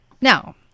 Now